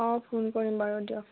অঁ ফোন কৰিম বাৰু দিয়ক